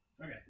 Okay